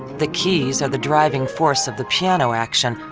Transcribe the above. the keys are the driving force of the piano action,